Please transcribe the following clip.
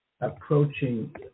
approaching